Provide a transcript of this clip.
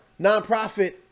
nonprofit